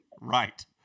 Right